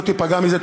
לא תיפגע מזה.